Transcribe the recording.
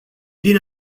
din